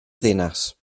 ddinas